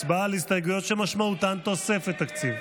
הצבעה על הסתייגויות שמשמעותן תוספת תקציב.